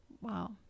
Wow